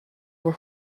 were